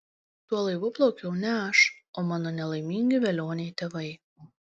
tuo laivu plaukiau ne aš o mano nelaimingi velioniai tėvai